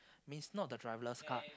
means not the driverless car